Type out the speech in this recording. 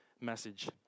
message